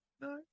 No